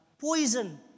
poison